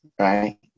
right